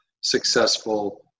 successful